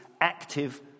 active